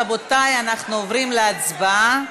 רבותי, אנחנו עוברים להצבעה.